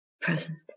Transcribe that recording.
present